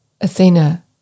Athena